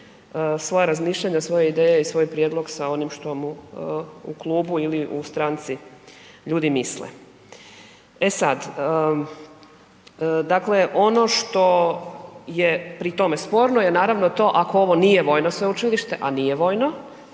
svoja razmišljanja, svoje ideje i svoj prijedlog sa onim što mu u klubu ili u stranci ljudi misle. E sad, dakle, ono što je pri tome spornoj je naravno to ako ovo nije vojno sveučilište, a nije vojno